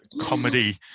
comedy